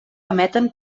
emeten